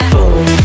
Boom